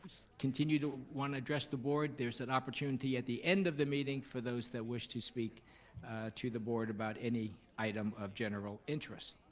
continue to want to address the board, there's an opportunity at the end of the meeting for those that wish to speak to the board about any item of general interest.